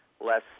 less